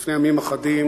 לפני ימים אחדים,